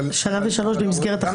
שנה ושלושה חודשים במסגרת החמש שנים.